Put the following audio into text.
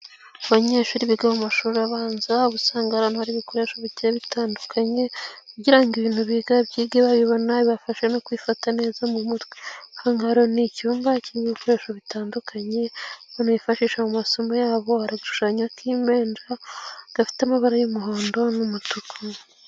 Abanyeshuri biga mu mashuri abanza uba usanga hari ahantu hari ibikoresho bigiye bitandukanye ,kugira ngo ibintu biga babyige babibona, bibafasha no kubifata neza mu mutwe. Aha ngaha rero ni icyumba kirimo ibikoresho bitandukanye, abana bifashisha mu masomo yabo. Hari agashushanyo k'impinja gafite amabara y'umuhondo n'umutuku.